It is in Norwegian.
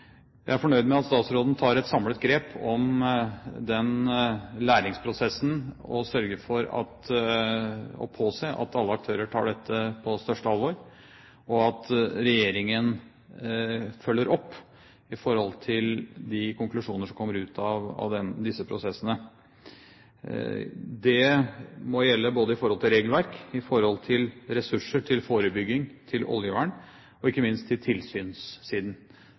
Jeg er fornøyd med at statsråden tar et samlet grep om denne læringsprosessen og sørger for å påse at alle aktører tar dette på største alvor, og at regjeringen følger opp de konklusjoner som kommer ut av disse prosessene. Det må gjelde regelverk, og det må gjelde ressurser til forebygging, til oljevern og ikke minst til tilsynssiden.